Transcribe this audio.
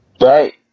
Right